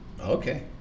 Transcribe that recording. Okay